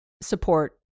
support